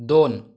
दोन